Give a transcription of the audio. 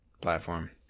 platform